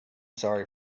sorry